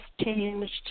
changed